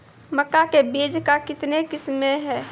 मक्का के बीज का कितने किसमें हैं?